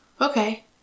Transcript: Okay